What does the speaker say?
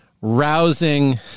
rousing